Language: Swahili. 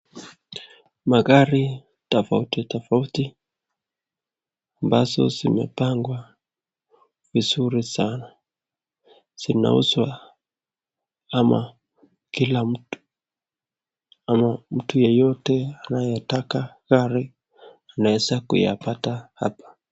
Magari tofauti tofauti ambazo zimepangwa vizuri sana zinauzwa ama kila mtu ama mtu yeyote anayetaka gari anaweza kuyapata hapa.